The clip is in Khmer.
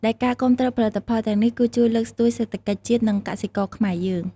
ដែលការគាំទ្រផលិតផលទាំងនេះ នឹងជួយលើកស្ទួយសេដ្ឋកិច្ចជាតិ និងកសិករខ្មែរយើង។